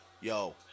Yo